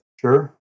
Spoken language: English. Sure